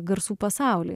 garsų pasaulį